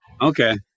Okay